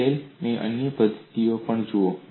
ઉકેલની અન્ય પદ્ધતિઓ પણ જુઓ